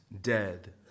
dead